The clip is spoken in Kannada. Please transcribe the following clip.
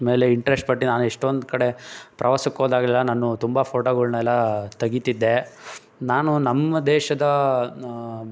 ಮೇಲೆ ಇಂಟ್ರೆಸ್ಟ್ ಪಟ್ಟು ನಾನು ಎಷ್ಟೊಂದು ಕಡೆ ಪ್ರವಾಸಕ್ಕೆ ಹೋದಾಗೆಲ್ಲ ನಾನು ತುಂಬ ಫೋಟೋಗಳ್ನೆಲ್ಲ ತೆಗೀತಿದ್ದೆ ನಾನು ನಮ್ಮ ದೇಶದ